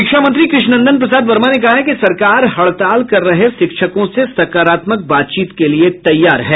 शिक्षा मंत्री कृष्णनंदन प्रसाद वर्मा ने कहा है कि सरकार हड़ताल कर रहे शिक्षकों से सकारात्मक बातचीत के लिये तैयार है